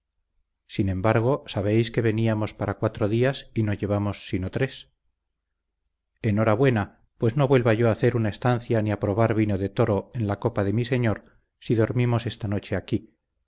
sin embargo sabéis que veníamos para cuatro días y no llevamos sino tres enhorabuena pues no vuelva yo a hacer una estancia ni a probar vino de toro en la copa de mi señor si dormimos esta noche aquí